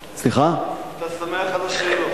אתה שמח על השאלות.